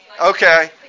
Okay